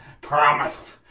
promise